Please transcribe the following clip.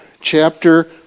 chapter